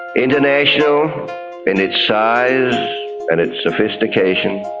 international in its size and its sophistication,